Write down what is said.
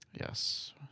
Yes